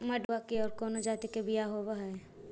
मडूया के और कौनो जाति के बियाह होव हैं?